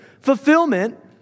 fulfillment